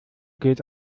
gilt